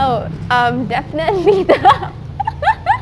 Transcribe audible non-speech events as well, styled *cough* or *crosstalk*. oh um definitely *laughs*